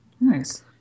Nice